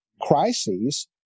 Crises